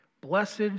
Blessed